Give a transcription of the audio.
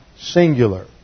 singular